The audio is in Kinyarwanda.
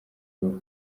uruhu